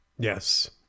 Yes